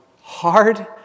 hard